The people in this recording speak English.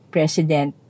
President